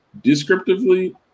Descriptively